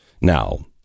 Now